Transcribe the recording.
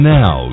now